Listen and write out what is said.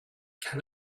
can